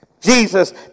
Jesus